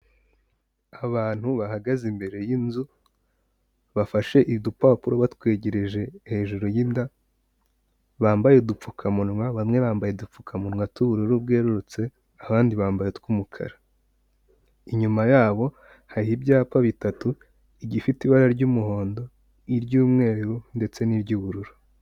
Abantu bahagaze imbere y'inzu bafashe udupapuro batwegereje hejuru y'inda, bambaye udupfukamunwa bamwe bambaye udupfukamunwa tw'ubururu bwerurutse, abandi bambaye utw'umukara. Inyuma yabo hari ibyapa bitatu igifite ibara ry'umuhondo, iry'umweru ndetse n'iry'ubururu.